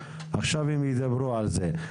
עכשיו הם ידברו על זה.